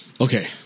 okay